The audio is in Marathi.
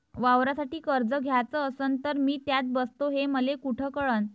वावरासाठी कर्ज घ्याचं असन तर मी त्यात बसतो हे मले कुठ कळन?